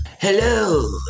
Hello